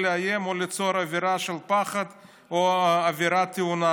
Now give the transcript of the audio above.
לאיים או ליצור אווירה של פחד או אווירה טעונה,